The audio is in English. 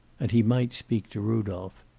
and he might speak to rudolph.